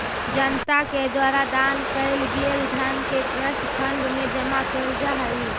जनता के द्वारा दान कैल गेल धन के ट्रस्ट फंड में जमा कैल जा हई